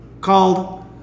Called